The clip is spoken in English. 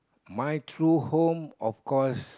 my true home of course